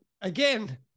again